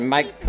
Mike